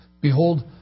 behold